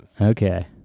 Okay